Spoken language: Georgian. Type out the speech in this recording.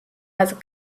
მას